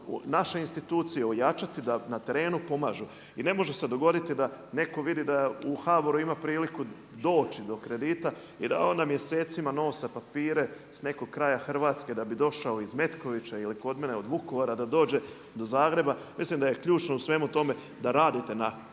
naše institucije ojačati da na terenu pomažu. I ne može se dogoditi da neko vidi da u HBOR-u ima priliku doći do kredita i da onda mjesecima nosa papire s nekog kraja Hrvatske da bi došao iz Metkovića ili kod mene od Vukovara da dođe do Zagreba. Mislim da je ključno u svemu tome da radite na povećanju